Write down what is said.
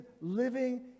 living